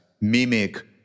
mimic